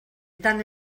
tant